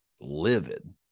livid